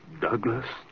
Douglas